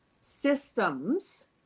systems